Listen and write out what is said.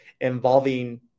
involving